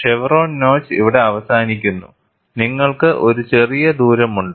chevron notch ഇവിടെ അവസാനിക്കുന്നു നിങ്ങൾക്ക് ഒരു ചെറിയ ദൂരം ഉണ്ട്